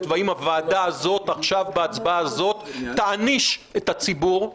והאם וועדה הזאת עכשיו בהצבעה הזאת תעניש את הציבור?